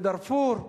בדארפור.